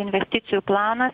investicijų planas